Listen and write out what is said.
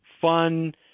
fun